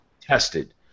tested